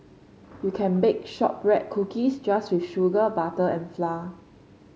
you can bake shortbread cookies just with sugar butter and flour